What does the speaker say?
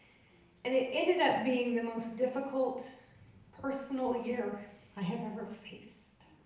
and it ended up being the most difficult personal year i have ever faced.